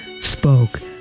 spoke